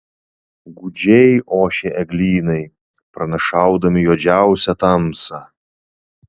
gūdžiai ošė eglynai pranašaudami juodžiausią tamsą